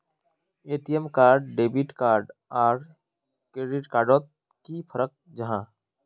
ATM card debit card आर credit card डोट की फरक जाहा?